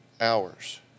hours